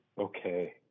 Okay